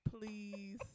Please